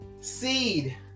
seed